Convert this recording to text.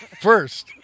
first